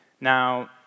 Now